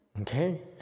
okay